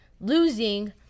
Losing